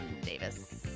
Davis